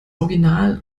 original